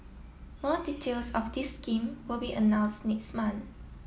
more details of this scheme will be announced next month